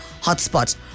hotspot